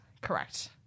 correct